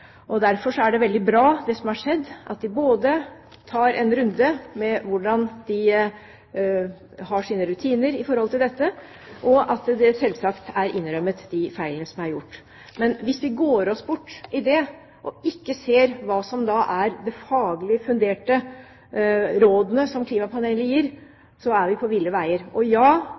Derfor er det som har skjedd, veldig bra – både at de tar en runde med hvordan de har sine rutiner når det gjelder dette, og at de selvsagt har innrømmet de feilene som er gjort. Men hvis vi går oss bort i det, og ikke ser de faglig funderte rådene som klimapanelet gir, er vi på ville veier.